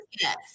Yes